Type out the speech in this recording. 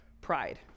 pride